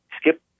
Skip